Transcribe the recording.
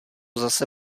zase